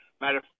Matter